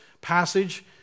passage